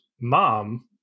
mom